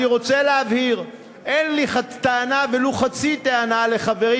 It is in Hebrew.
אני רוצה להבהיר: אין לי ולו חצי טענה לחברי